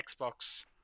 xbox